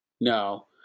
No